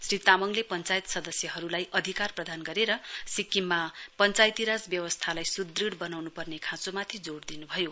श्री तामङले पञ्चायत सदस्यहरुलाई अधिकार प्रदान गरेर सिक्किममा पञ्चायती राज व्यवस्थालाई सुदृढ़ वनाउनु पर्ने खाँचोमाथि जोड़ दिनु भयो